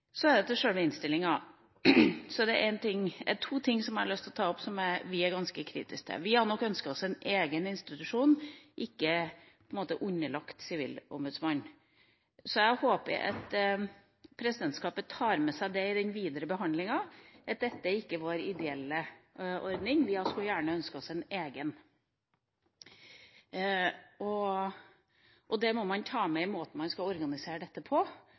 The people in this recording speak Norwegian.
Så til sjølve innstillinga, der det er to ting jeg har lyst til å ta opp som vi er ganske kritiske til. Vi hadde nok ønsket oss en egen institusjon, ikke en som på en måte er underlagt Sivilombudsmannen. Jeg håper presidentskapet tar med seg det i den videre behandlinga, at dette ikke er vår ideelle ordning. Vi skulle gjerne ønsket oss en egen. Det må man ta med i måten man skal organisere dette på,